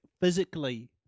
physically